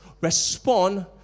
respond